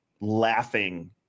laughing